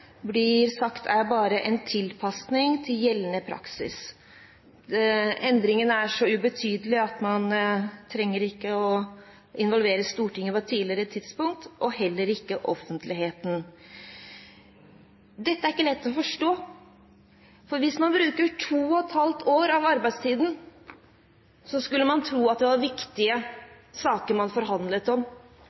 blir sagt bare er en tilpasning til gjeldende praksis. Endringen er så ubetydelig at man ikke trengte å involvere Stortinget på et tidligere tidspunkt, og heller ikke offentligheten. Dette er ikke lett å forstå. For hvis man bruker to og et halvt år av arbeidstiden, skulle man tro at det var viktige saker man forhandlet om,